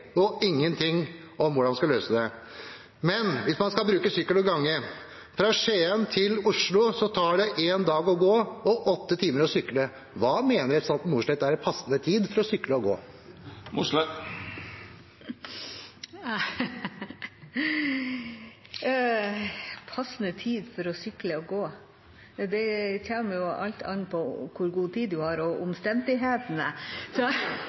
og ingenting om hvordan en skal løse det. Men hvis man skal bruke sykkel og gange: Fra Skien til Oslo tar det én dag å gå og åtte timer å sykle. Hva mener representanten Mossleth er en passende tid for å sykle og gå? Passende tid for å sykle og gå? Det kommer jo helt an på hvor god tid en har, og